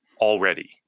already